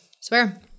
Swear